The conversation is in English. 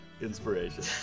inspiration